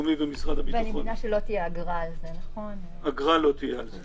אני מבינה שאגרה לא תהיה על זה,